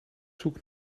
zoek